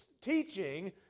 teaching